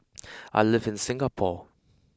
I live in Singapore